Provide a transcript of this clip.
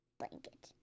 blanket